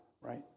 right